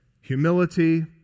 humility